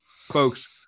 folks